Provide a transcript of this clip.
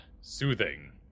soothing